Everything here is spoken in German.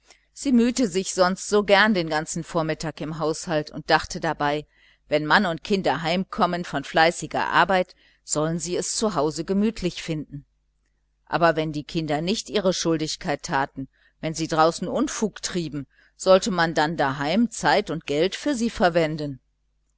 sie mühte sich sonst so gern den ganzen vormittag im haushalt und dachte dabei wenn mann und kinder heimkommen von fleißiger arbeit sollen sie es zu hause gemütlich finden aber wenn die kinder nicht ihre schuldigkeit taten wenn sie draußen unfug trieben sollte man dann daheim zeit und geld für sie verwenden